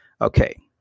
Okay